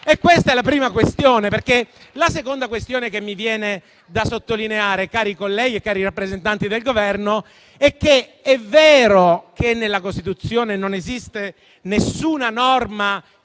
Questa è la prima questione. La seconda che vorrei sottolineare, cari colleghi e cari rappresentanti del Governo, è che è vero che nella Costituzione non esiste una norma